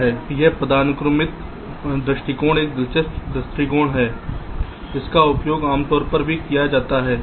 यह पदानुक्रमित दृष्टिकोण एक दिलचस्प दृष्टिकोण है जिसका उपयोग आमतौर पर भी किया जाता है